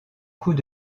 coups